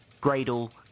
Gradle